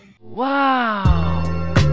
Wow